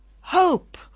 hope